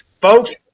folks